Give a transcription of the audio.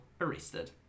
arrested